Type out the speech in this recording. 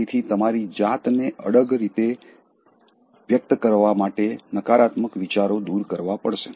તેથી તમારી જાતને અડગ રીતે વ્યકત કરવા માટે નકારાત્મક વિચારો દૂર કરવા પડશે